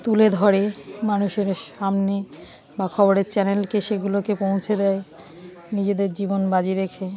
তুলে ধরে মানুষের সামনে বা খবরের চ্যানেলকে সেগুলোকে পৌঁছে দেয় নিজেদের জীবন বাজি রেখে